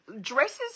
dresses